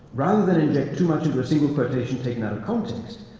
rather the inject too much into a single quotation taken out of context,